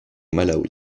malawi